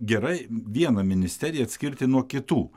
gerai vieną ministeriją atskirti nuo kitų